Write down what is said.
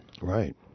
Right